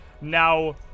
now